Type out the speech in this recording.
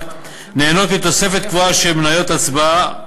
נהנות מתוספת קבועה של מניות הצבעה.